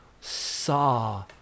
saw